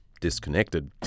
Disconnected